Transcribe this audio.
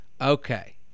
Okay